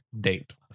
date